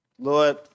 Lord